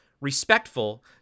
respectful